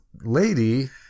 lady